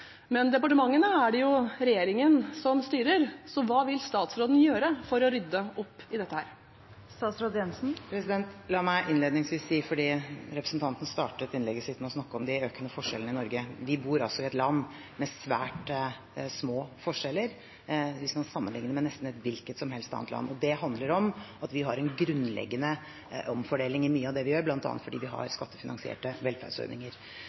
Men departementene er det jo regjeringen som styrer, så hva vil statsråden gjøre for å rydde opp i dette? La meg innledningsvis si, fordi representanten startet innlegget sitt med å snakke om de økende forskjellene i Norge: Vi bor altså i et land med svært små forskjeller, hvis man sammenligner med nesten et hvilket som helst annet land. Det handler om at vi har en grunnleggende omfordeling i mye av det vi gjør, bl.a. fordi vi har skattefinansierte velferdsordninger.